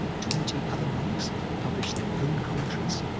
twenty other monks published their own commentaries,